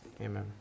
Amen